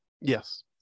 Yes